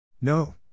No